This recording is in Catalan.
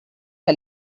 que